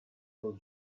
will